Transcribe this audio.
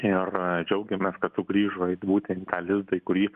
ir džiaugiamės kad sugrįžo į būtent į tą lizdą į kurį